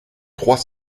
trois